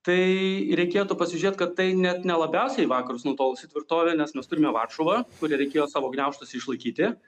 tai reikėtų pasižėt kad tai net ne labiausiai į vakarus nutolusi tvirtovė nes mes turime varšuvą kurią reikėjo savo gniaužtuose išlaikyti